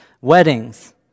weddings